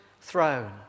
throne